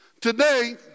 Today